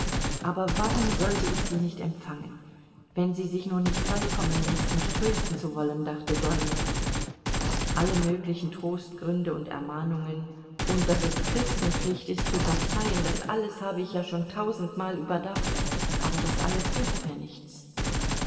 aber warum sollte ich sie nicht empfangen wenn sie sich nur nicht beikommen läßt mich trösten zu wollen dachte dolly alle möglichen trostgründe und ermahnungen und daß es christenpflicht ist zu verzeihen das alles habe ich ja schon tausendmal überdacht aber das alles hilft mir nichts